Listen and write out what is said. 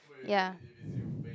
ya